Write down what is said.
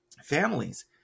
families